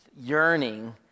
yearning